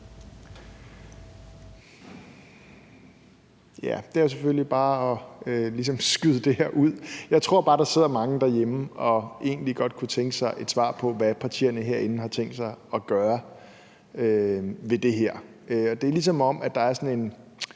Det er selvfølgelig ligesom bare at skyde det her ud. Jeg tror bare, at der sidder mange derhjemme, der egentlig godt kunne tænke sig et svar på, hvad partierne herinde har tænkt sig at gøre ved det her. Det er, ligesom om der er en